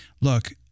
look